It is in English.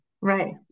Right